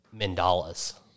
mandalas